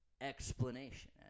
Explanation